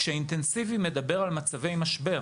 כשהאינטנסיבי מדבר על מצבי משבר.